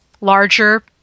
larger